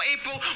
April